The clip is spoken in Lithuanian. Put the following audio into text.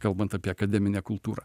kalbant apie akademinę kultūrą